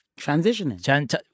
transitioning